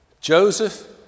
Joseph